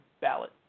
ballot